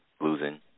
losing